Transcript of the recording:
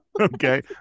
okay